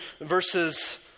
verses